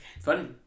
Funny